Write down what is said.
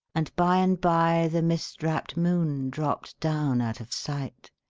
and by and by the mist-wrapped moon dropped down out of sight,